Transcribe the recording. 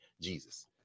Jesus